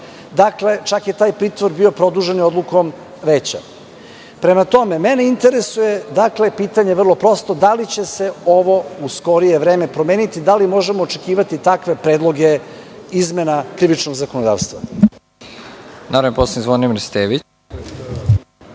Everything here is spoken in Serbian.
je reč, čak je taj pritvor bio produžen i odlukom veća. Prema tome, mene interesuje, dakle, pitanje je vrlo prosto – da li će se ovo u skorije vreme promeniti? Da li možemo očekivati takve predloge izmena krivičnog zakonodavstva? **Nebojša Stefanović**